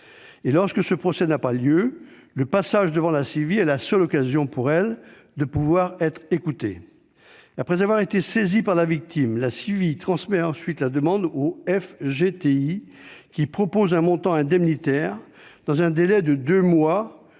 lorsque ce procès n'a pas lieu, le passage devant la CIVI est la seule occasion pour elle de pouvoir être écoutée. Après avoir été saisie par la victime, la CIVI transmet ensuite la demande au FGTI, qui propose un montant indemnitaire dans un délai de deux mois,